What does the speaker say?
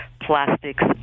plastics